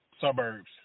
suburbs